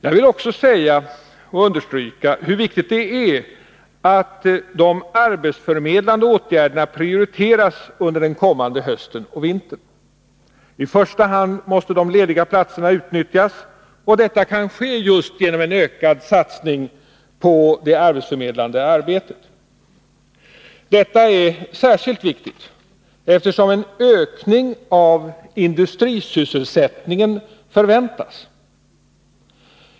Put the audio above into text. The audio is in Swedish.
Jag vill också understryka hur viktigt det är att de arbetsförmedlande åtgärderna prioriteras under den kommande hösten och vintern. I första hand måste de lediga platserna utnyttjas, och det kan ske just genom en ökad satsning på det arbetsförmedlande arbetet. Det är särskilt viktigt eftersom en ökning av industrisysselsättningen förväntas.